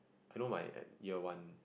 I know my year one